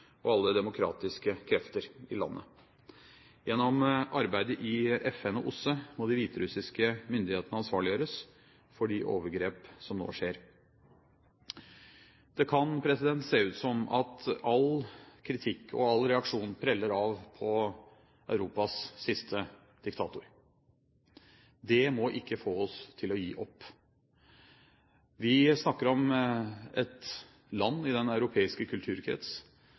og alle demokratiske krefter i landet. Gjennom arbeidet i FN og OSSE må de hviterussiske myndighetene ansvarliggjøres for de overgrep som nå skjer. Det kan se ut som om all kritikk og alle reaksjoner preller av på Europas siste diktator. Det må ikke få oss til å gi opp. Vi snakker om et land i den europeiske kulturkrets